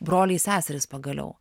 broliai seserys pagaliau